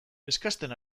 eskasten